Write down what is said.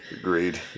Agreed